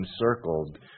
encircled